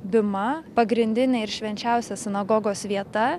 bima pagrindinė ir švenčiausia sinagogos vieta